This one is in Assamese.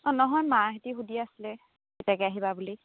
অঁ নহয় মাহঁতে সুধি আছিলে কেতিয়াকৈ আহিবা বুলি